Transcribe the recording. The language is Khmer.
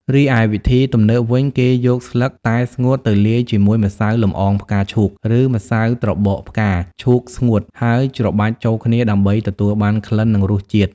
រីឯវិធីទំនើបវិញ គេយកស្លឹកតែស្ងួតទៅលាយជាមួយម្សៅលំអងផ្កាឈូកឬម្សៅត្របកផ្កាឈូកស្ងួត ហើយច្របាច់ចូលគ្នាដើម្បីទទួលបានក្លិននិងរសជាតិ។